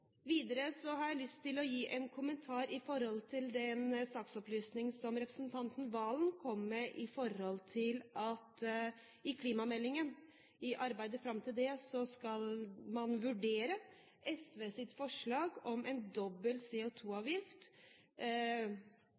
Videre har jeg lyst til å gi en kommentar til den saksopplysningen representanten Serigstad Valen kom med i forbindelse med klimameldingen. I arbeidet fram til den skal man vurdere SVs forslag om en dobbel